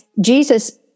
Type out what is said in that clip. Jesus